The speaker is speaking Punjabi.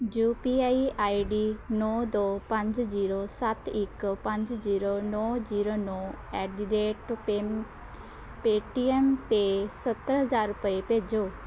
you P I I D ਨੌ ਦੋ ਪੰਜ ਜ਼ੀਰੋ ਸੱਤ ਇੱਕ ਪੰਜ ਜ਼ੀਰੋ ਨੌ ਜ਼ੀਰੋ ਨੌ ਐਟ ਦੀ ਰੇਟ ਪੇਮ ਪੇਟੀਐੱਮ 'ਤੇ ਸੱਤਰ ਹਜ਼ਾਰ ਰੁਪਏ ਭੇਜੋ